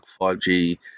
5g